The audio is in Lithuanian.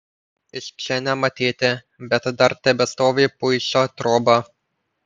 iš čia nematyti bet dar tebestovi puišio troba